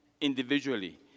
individually